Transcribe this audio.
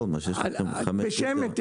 בשמן,